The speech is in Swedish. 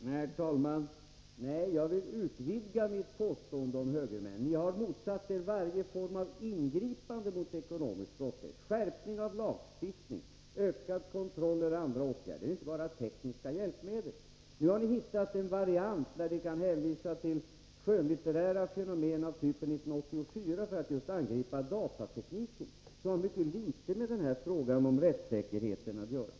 Herr talman! Jag vill utvidga mitt påstående om högermännen. Det är inte bara tekniska hjälpmedel ni motsatt er — ni har motsatt er varje form av ingripande mot ekonomisk brottslighet: skärpning av lagstiftning, ökade kontroller och andra åtgärder. Nu har ni hittat en variant, där ni kan hänvisa till skönlitterära fenomen av typen ”1984” för att angripa just datatekniken, som har mycket litet med frågan om rättssäkerheten att göra.